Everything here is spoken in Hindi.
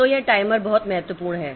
तो यह टाइमर बहुत महत्वपूर्ण है